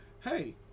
hey